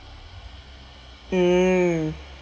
mm